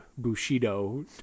Bushido